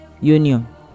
union